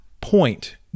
point